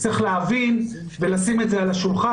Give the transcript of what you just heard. צריך להבין ולשים את זה על השולחן.